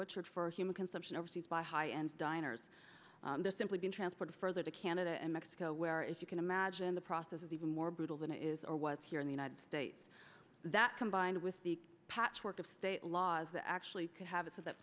butchered for human consumption overseas by high end diners simply being transported further to canada and mexico where as you can imagine the process is even more brutal than it is or was here in the united states that combined with the patchwork of state laws that actually could have it so that